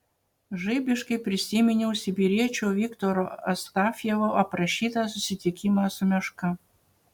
žaibiškai prisiminiau sibiriečio viktoro astafjevo aprašytą susitikimą su meška